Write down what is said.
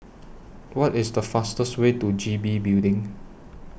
What IS The fastest Way to G B Building